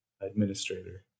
administrator